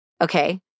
okay